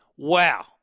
Wow